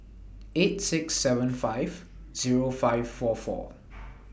eight six seven five Zero five four four